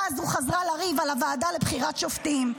הזאת חזרה לריב על הוועדה לבחירת שופטים,